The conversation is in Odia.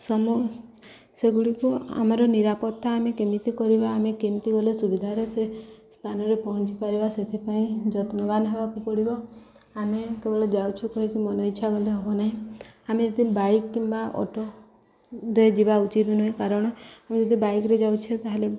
ସମ ସେଗୁଡ଼ିକୁ ଆମର ନିରାପତ୍ତା ଆମେ କେମିତି କରିବା ଆମେ କେମିତି ଗଲେ ସୁବିଧାରେ ସେ ସ୍ଥାନରେ ପହଞ୍ଚି ପାରିବା ସେଥିପାଇଁ ଯତ୍ନବାନ ହେବାକୁ ପଡ଼ିବ ଆମେ କେବଳ ଯାଉଛୁ କହିକି ମନ ଇଚ୍ଛା ଗଲେ ହବ ନାହିଁ ଆମେ ଯଦି ବାଇକ୍ କିମ୍ବା ଅଟୋରେ ଯିବା ଉଚିତ୍ ନୁହେଁ କାରଣ ଆମେ ଯଦି ବାଇକ୍ରେ ଯାଉଛେ ତା'ହେଲେ